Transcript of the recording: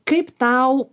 kaip tau